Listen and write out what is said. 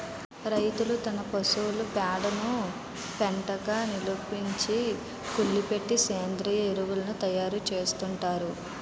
రైతులు తమ పశువుల పేడను పెంటగా నిలవుంచి, కుళ్ళబెట్టి సేంద్రీయ ఎరువును తయారు చేసుకుంటారు